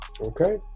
Okay